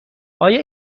آیا